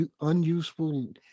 unuseful